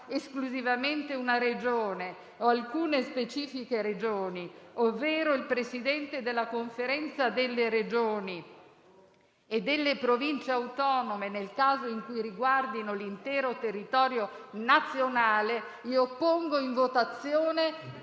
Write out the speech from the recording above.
esclusivamente una Regione o alcune specifiche Regioni, ovvero il Presidente della Conferenza delle Regioni e delle Province autonome, nel caso in cui riguardino l'intero territorio nazionale», propongo di mettere